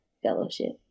fellowship